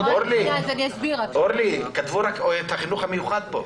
אורלי, כתבו רק את החינוך המיוחד פה.